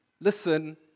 Listen